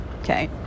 Okay